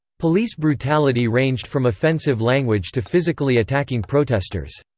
police brutality ranged from offensive language to physically attacking protesters.